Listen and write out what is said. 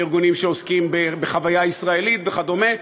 לארגונים שעוסקים בחוויה ישראלית וכדומה.